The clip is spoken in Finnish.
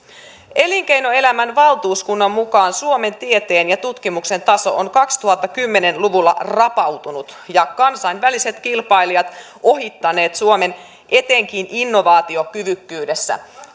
elinkeinoelämän valtuuskunnan mukaan suomen tieteen ja tutkimuksen taso on kaksituhattakymmenen luvulla rapautunut ja kansainväliset kilpailijat ohittaneet suomen etenkin innovaatiokyvykkyydessä